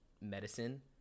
medicine